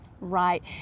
Right